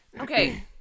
okay